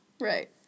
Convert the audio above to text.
Right